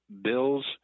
bills